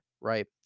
Right